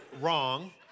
wrong